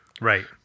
Right